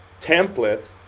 template